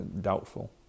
Doubtful